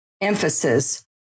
emphasis